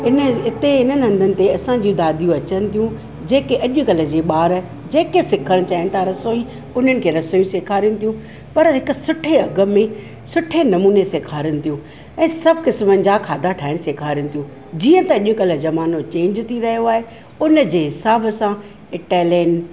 इन हिते इन्हनि हंधनि ते असां जूं दादियूं अचनि थियूं जेके अॼुकल्ह जे ॿार जेके सिखणु चाहिनि था रसोई उन्हनि खे रसोई सेखारनि थियूं पर हिकु सुठे अघु में सुठे नमूने सेखारनि थियूं ऐं सभु क़िस्मनि जा खाधा ठाहिणु सेखारनि थियूं जीअं त अॼुकल्ह ज़मानो चैंज थी वियो आहे उनजे हिसाबु सां इटेलियन